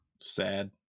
Sad